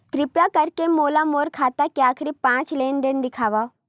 किरपा करके मोला मोर खाता के आखिरी पांच लेन देन देखाव